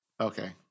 Okay